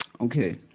Okay